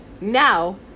Now